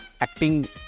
acting